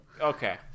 Okay